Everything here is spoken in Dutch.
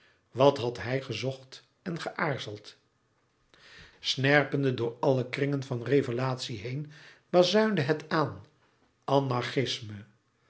wat had hij gezocht en geaarzeld snerpende door zijn cirkel van eenzaamheid snerpende door alle kringen van revelatie heen bazuinde het aan